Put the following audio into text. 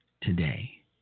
today